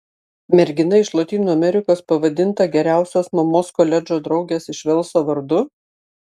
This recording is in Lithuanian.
mergina iš lotynų amerikos pavadinta geriausios mamos koledžo draugės iš velso vardu